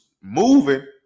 moving